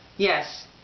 yes,